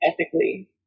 ethically